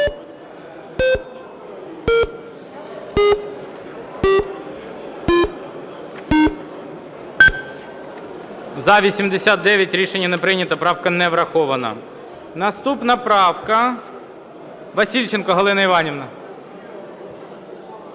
За-89 Рішення не прийнято. Правка не врахована. Наступна правка. Васильченко Галина Іванівна.